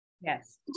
Yes